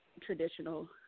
traditional